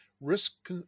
risk